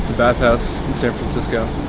bath house in san francisco,